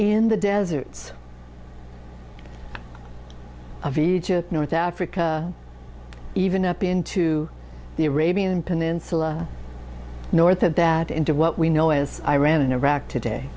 in the deserts of egypt north africa even up into the arabian peninsula north of that into what we know is iran and iraq today